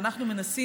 ואנחנו מנסים,